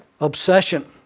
obsession